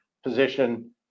position